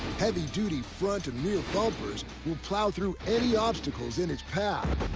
heavy-duty front and rear bumpers will plow through any obstacles in its path.